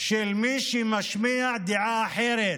של מי שמשמיע דעה אחרת,